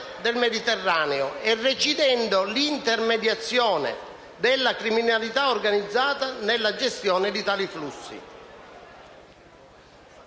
del Mediterraneo e recidendo l'intermediazione della criminalità organizzata nella gestione di tali flussi.